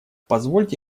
позвольте